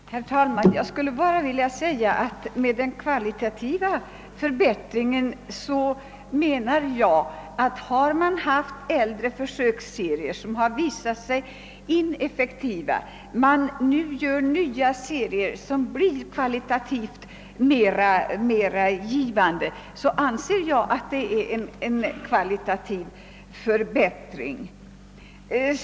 Herr talman! Jag skulle vilja säga att jag med den kvalitativa förbättringen menar, att om man har haft äldre försöksserier, som har visat sig vara ineffektiva, och sedan övergår till nya serier, som blir kvalitativt mera givande, anser jag att man därigenom har uppnått en kvalitativ förbättring.